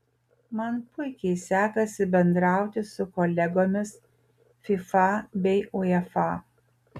man puikiai sekasi bendrauti su kolegomis fifa bei uefa